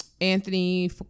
Anthony